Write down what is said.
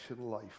life